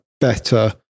better